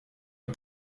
een